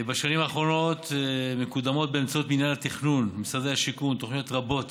בשנים האחרונות מקודמות באמצעות מינהל התכנון ומשרד השיכון תוכניות רבות